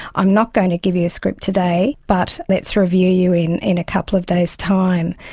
i'm not going to give you a script today, but let's review you in in a couple of days' time'.